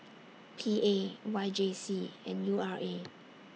P A Y J C and U R A